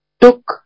took